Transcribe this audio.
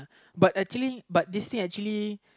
but actually but this year actually